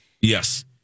Yes